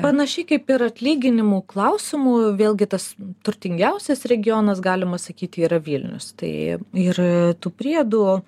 panašiai kaip ir atlyginimų klausimu vėlgi tas turtingiausias regionas galima sakyti yra vilnius tai ir tų priedų